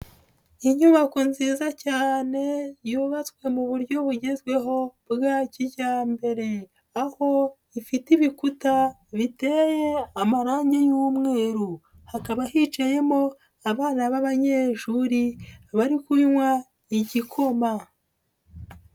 Inyubako nziza cyane, yubatswe mu buryo bugezweho bwa kijyambere. Aho ifite ibikuta biteye amarangi y'umweru, hakaba hicayemo, abana b'abanyeshuri bari kunywa igikoma.